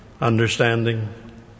understanding